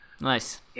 Nice